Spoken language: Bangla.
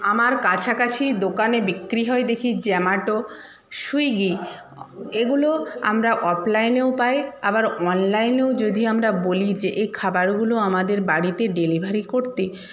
আমার কাছকাছি দোকানে বিক্রি হয় দেখি জোমাটো সুইগি এগুলো আমরা অফলাইনেও পাই আবার অনলাইনেও যদি আমরা বলি যে এই খাবারগুলো আমাদের বাড়িতে ডেলিভারি করতে